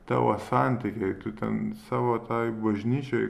tavo santykiai tu ten savo tai bažnyčiai